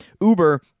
Uber